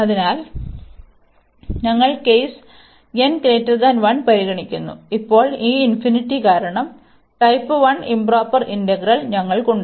അതിനാൽ ഞങ്ങൾ case n 1 പരിഗണിക്കുന്നു ഇപ്പോൾ ഈ ഇൻഫിനിറ്റി കാരണം ടൈപ്പ് 1 ഇoപ്രോപ്പർ ഇന്റഗ്രൽ ഞങ്ങൾക്ക് ഉണ്ട്